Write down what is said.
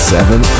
Seven